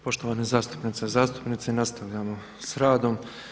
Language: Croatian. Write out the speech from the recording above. Poštovane zastupnice i zastupnici, nastavljamo sa radom.